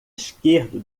esquerdo